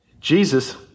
Jesus